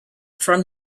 from